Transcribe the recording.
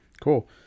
cool